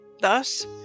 Thus